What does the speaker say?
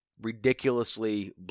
ridiculously